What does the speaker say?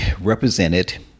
represented